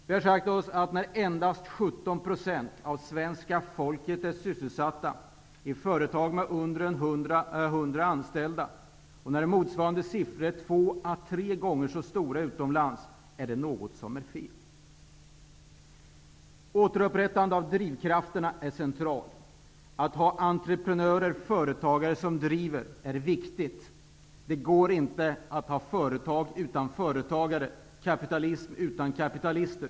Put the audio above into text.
Vi har sagt oss att när endast 17 % av svenska folket är sysselsatta i företag med mindre än 100 anställda och motsvarande siffor utomlands är två tre gånger så stora, är det något som är felt. Återupprättandet av drivkrafterna är centralt. Att ha entreprenörer och företagare som driver är viktigt. Det går inte att ha företag utan företagare -- kapitalism utan kapitalister.